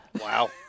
wow